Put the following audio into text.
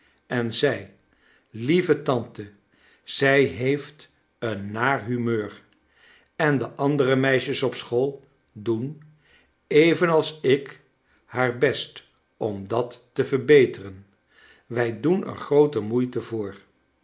en zei lieve tante zij heeft een naar humeur en de andere meisjes op school doen evenals ik haar best om dat te verbeteren wij doen er groote moeite voor